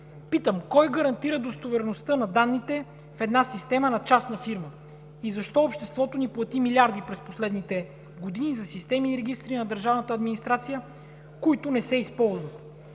Питам – кой гарантира достоверността на данните в една система на частна фирма и защо обществото ни плати милиарди през последните години за системи и регистри на държавната администрация, които не се използват?